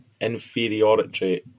inferiority